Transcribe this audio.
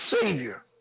Savior